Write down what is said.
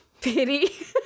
pity